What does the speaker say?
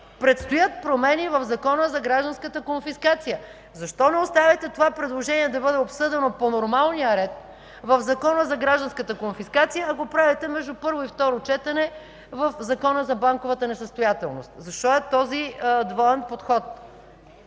Предстоят промени в Закона за гражданската конфискация. Защо не оставите това предложение да бъде обсъдено по нормалния ред в Закона за гражданската конфискация, а го правите между първо и второ четене в Закона за банковата несъстоятелност? Защо е този двоен подход?